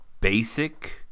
basic